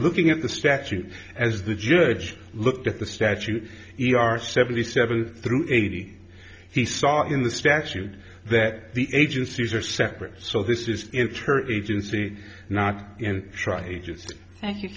looking at the statute as the judge looked at the statute e r seventy seven through eighty he saw in the statute that the agencies are separate so this is inter agency not and try